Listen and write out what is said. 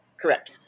Correct